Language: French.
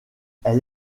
elle